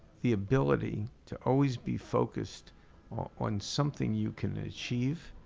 the ability to always be focused on something you can achieve.